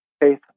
faith